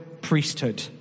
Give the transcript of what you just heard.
priesthood